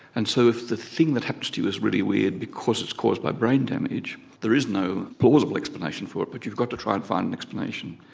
and so if the thing that happens to you is really weird because it's caused by brain damage, there is no plausible explanation for it, but you've got to try and find and explanation.